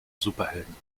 superhelden